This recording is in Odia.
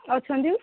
ଅଛନ୍ତି